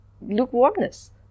lukewarmness